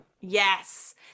Yes